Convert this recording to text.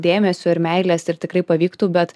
dėmesio ir meilės ir tikrai pavyktų bet